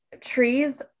Trees